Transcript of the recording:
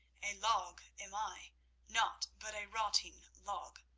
a log am i naught but a rotting log.